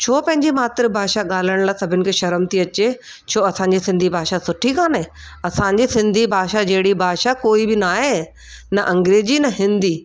छो पंहिंजी मातृभाषा ॻाल्हाइण लाइ सभिनि खे शर्म थी अचे छो असांजी सिंधी भाषा सुठी कोन्हे असांजी सिंधी भाषा जहिड़ी भाषा कोई बि नाहे न अंग्रेजी न हिंदी